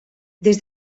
des